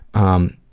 um.